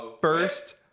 First